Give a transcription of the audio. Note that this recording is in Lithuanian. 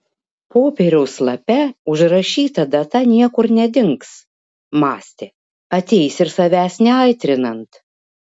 popieriaus lape užrašyta data niekur nedings mąstė ateis ir savęs neaitrinant